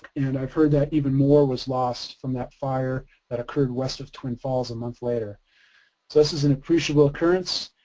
and i've heard that even more was lost from that fire that occurred west of twin falls a month later, so this is an appreciable occurrence.